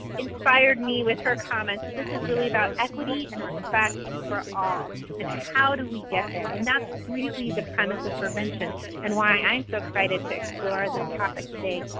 inspired me with her comment that this is really about equity and respect for all and how do we get there. and that's really the premise of prevention and why i'm so excited to explore this topic today.